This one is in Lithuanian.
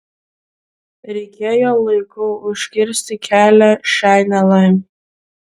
reikėjo laiku užkirsti kelią šiai nelaimei